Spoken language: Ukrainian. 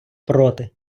проти